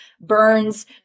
burns